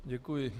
Děkuji.